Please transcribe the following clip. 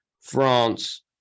France